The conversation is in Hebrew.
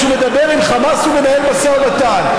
כשהוא מדבר עם חמאס הוא מנהל משא ומתן.